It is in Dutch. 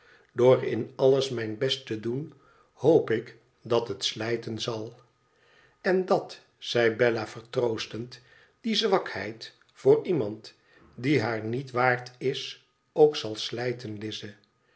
door in alles mijn best te doen hoop ik dat het slijten zal tn dat zei bella vertroostend die zwakheid voor iemand die haar niet waard is ook zal slijten